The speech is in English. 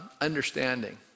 understanding